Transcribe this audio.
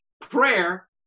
Prayer